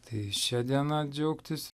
tai šia diena džiaugtis